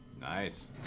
Nice